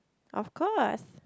of course